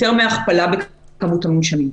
יותר מהכפלה בכמות המונשמים,